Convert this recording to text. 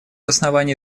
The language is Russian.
оснований